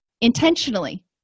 intentionally